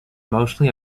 mostly